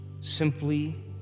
simply